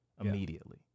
immediately